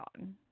on